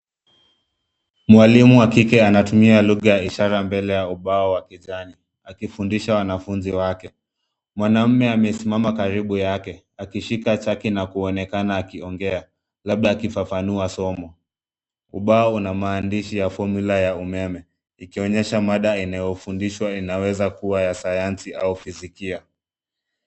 Mwalimu wa kike anatumia lughaa ya ishara mbele ya ubao wa kijani akifundisha wanafunzi wake. Mwanaume amesimama karibu yake akishika chaki na kuonekana akiongea labda akifafanua somo. Ubao una maandishi ya formulae ya umeme ikionyesha mada inayofundishwa inaweza kuwa ya Sayansi au Physics .